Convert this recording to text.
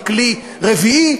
מכלי רביעי,